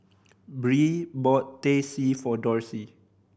Bree bought Teh C for Dorsey